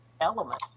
element